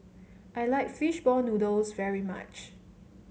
I like fish ball noodles very much